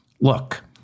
Look